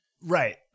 Right